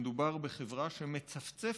מדובר בחברה שמצפצפת,